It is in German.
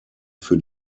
für